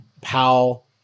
Powell